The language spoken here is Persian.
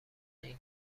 این